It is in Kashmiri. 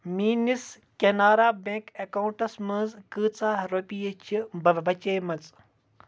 میٛٲنِس کیٚنارا بیٚنٛک اَکاونٛٹَس منٛز کۭژاہ رۄپیہِ چھِ بچیمٕژ